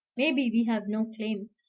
maybe we have no claim.